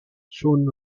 soon